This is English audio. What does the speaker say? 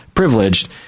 Privileged